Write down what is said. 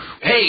Hey